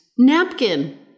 Napkin